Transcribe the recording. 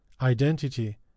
identity